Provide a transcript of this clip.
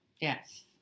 Yes